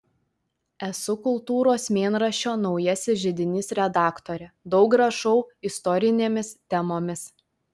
esu kultūros mėnraščio naujasis židinys redaktorė daug rašau istorinėmis temomis